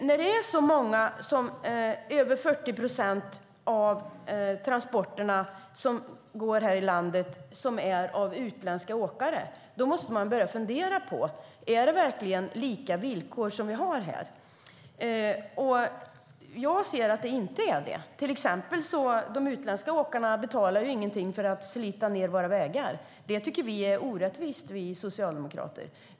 När så mycket som över 40 procent av transporterna i landet görs av utländska åkare måste vi börja fundera på om det är lika villkor för alla. Jag ser att det inte är det. De utländska åkarna betalar till exempel inget för att slita ned våra vägar. Det tycker vi socialdemokrater är orättvist.